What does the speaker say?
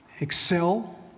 Excel